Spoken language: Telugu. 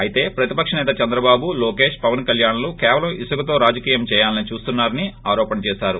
అయితే ప్రతిపక్ష నేత చంద్రబాబు లోకేశ్ పవన్ కల్యాణ్లు కేవలం ఇసుకతో రాజకీయం చేయాలని చూస్తున్నారని ఆరోపణ చేసారు